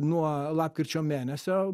nuo lapkričio mėnesio